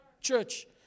church